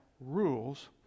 rules